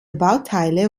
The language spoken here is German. bauteile